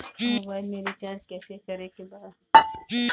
Mobile में recharge कइसे करे के बा?